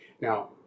Now